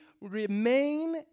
remain